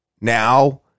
now